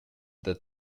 that